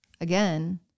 again